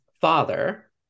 father